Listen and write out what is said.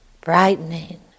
brightening